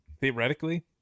Theoretically